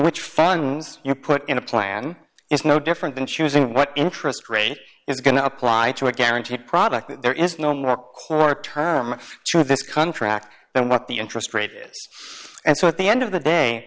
which funds you put in a plan is no different than choosing what interest rate is going to apply to a guaranteed product there is no more corp term to this contract than what the interest rate is and so at the end of the day